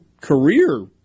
career